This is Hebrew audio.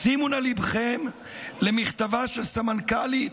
שימו נא ליבכם למכתבה של סמנ"כלית